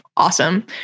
Awesome